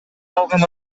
алган